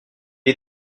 est